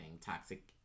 toxic